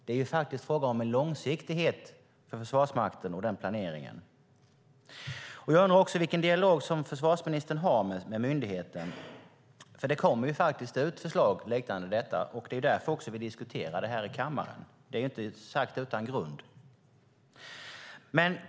Det är faktiskt fråga om en långsiktighet för Försvarsmakten när det gäller den planeringen. Jag undrar också vilken dialog som försvarsministern har med myndigheten. Det kommer faktiskt ut förslag liknande detta, och det är också därför som vi diskuterar detta i kammaren. Det är inte sagt utan grund.